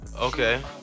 Okay